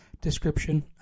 description